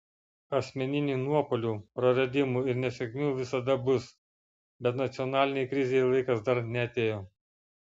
asmeninių nuopuolių praradimų ir nesėkmių visada bus bet nacionalinei krizei laikas dar neatėjo